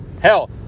Hell